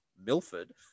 Milford